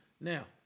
Now